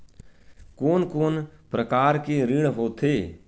कोन कोन प्रकार के ऋण होथे?